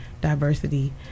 diversity